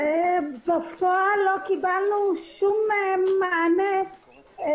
נדע איך לרדת עם זה לשטח.